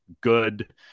good